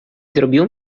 zrobiło